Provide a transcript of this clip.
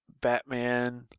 Batman